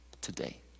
today